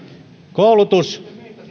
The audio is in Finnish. koulutus